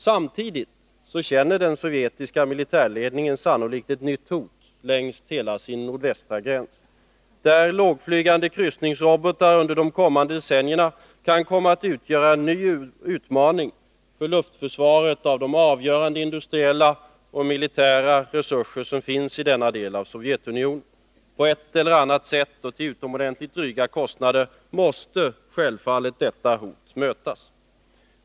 Samtidigt känner den sovjetiska militärledningen sannolikt ett nytt hot längs hela sin nordvästra gräns, där lågflygande kryssningsrobotar under de kommande decennierna kan komma att utgöra en ny utmaning för luftförsvaret av-.de avgörande industriella och militära resurser som finns i denna del av Sovjetunionen. På ett eller annat sätt, och till utomordentligt dryga kostnader, måste självfallet detta hot mötas.